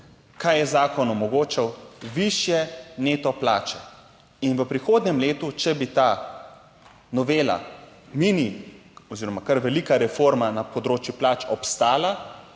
Kaj je zakon omogočal? Višje neto plače. In v prihodnjem letu, če bi ta novela mini oziroma kar velika reforma na področju plač obstala,